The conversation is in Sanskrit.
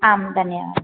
आं धन्यवादः